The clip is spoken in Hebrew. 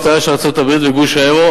שיעור האבטלה של ארצות-הברית וגוש היורו